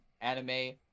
anime